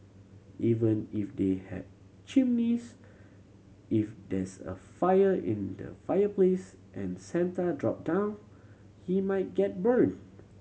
even if they have chimneys if there's a fire in the fireplace and Santa drop down he might get burnt